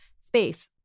space